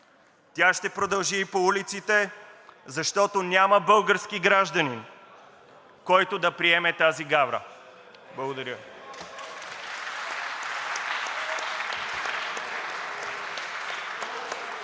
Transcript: Тя ще продължи и по улиците, защото няма български гражданин, който да приеме тази гавра. Благодаря.